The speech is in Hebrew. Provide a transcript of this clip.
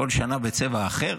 כל שנה בצבע אחר,